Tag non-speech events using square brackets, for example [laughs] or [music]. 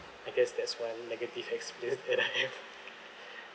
I guess that's one negative experience that I have [laughs]